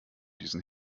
diesen